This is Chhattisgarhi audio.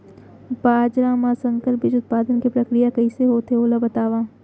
बाजरा मा संकर बीज उत्पादन के प्रक्रिया कइसे होथे ओला बताव?